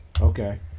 Okay